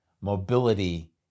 Mobility